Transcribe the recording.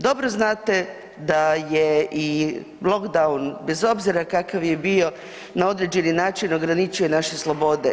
Dobro znate da je i lock down bez obzira kakav je bio, na određeni način ograničio i naše slobode.